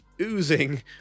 oozing